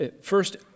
First